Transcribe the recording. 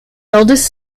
eldest